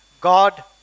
God